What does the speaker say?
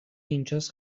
اینجاس